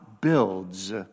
builds